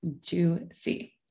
juicy